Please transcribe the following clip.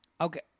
okay